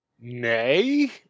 Nay